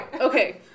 okay